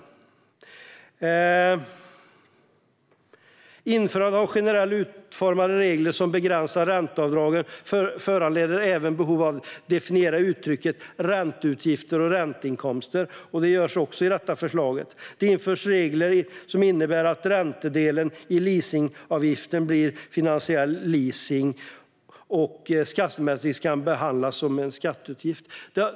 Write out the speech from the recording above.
Införandet av generellt utformade regler som begränsar ränteavdragen föranleder även behov av att definiera uttrycken "ränteutgifter" och "ränteinkomster". Det görs också i detta förslag. Det införs regler som innebär att räntedelen i leasingavgiften vid finansiell leasing skattemässigt ska behandlas som en ränteutgift.